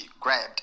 grabbed